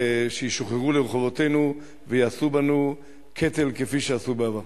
שישוחררו לרחובותינו ויעשו בנו קטל כפי שעשו בעבר.